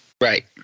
Right